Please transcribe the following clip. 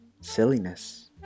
silliness